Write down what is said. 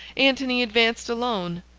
antony advanced alone,